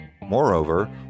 Moreover